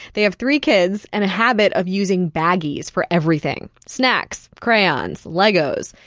they have three kids and a habit of using baggies for everything snacks, crayons, legos.